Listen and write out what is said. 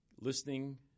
listening